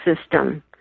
system